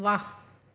वाह